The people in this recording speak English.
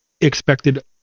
expected